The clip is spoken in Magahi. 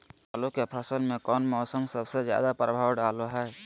आलू के फसल में कौन मौसम सबसे ज्यादा प्रभाव डालो हय?